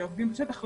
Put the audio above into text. שעובדים בשטח,